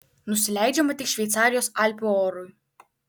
nusileidžiama tik šveicarijos alpių orui